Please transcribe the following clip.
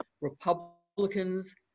Republicans